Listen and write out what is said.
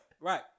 right